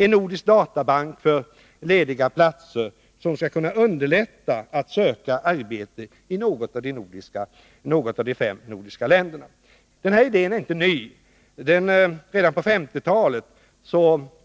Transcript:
En nordisk databank för lediga platser skulle kunna underlätta för en person att söka arbete i något av de fem nordiska länderna. Idén är inte ny. Redan på 1950-talet